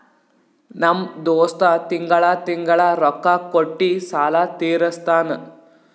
ನಮ್ ದೋಸ್ತ ತಿಂಗಳಾ ತಿಂಗಳಾ ರೊಕ್ಕಾ ಕೊಟ್ಟಿ ಸಾಲ ತೀರಸ್ತಾನ್